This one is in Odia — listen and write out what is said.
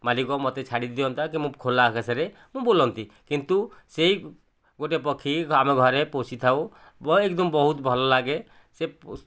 ମାଲିକ ମୋତେ ଛାଡ଼ି ଦିଅନ୍ତା କି ଖୋଲା ଆକାଶରେ ମୁଁ ବୁଲନ୍ତି କିନ୍ତୁ ସେଇ ଗୋଟିଏ ପକ୍ଷୀ ଆମ ଘରେ ପୋଷିଥାଉ ବହୁତ ଭଲ ଲାଗେ ସେ